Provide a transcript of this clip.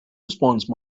response